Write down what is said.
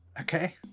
Okay